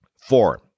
Four